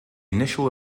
initial